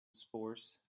source